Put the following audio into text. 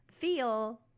feel